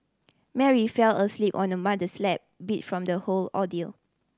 Mary fell asleep on her mother's lap beat from the whole ordeal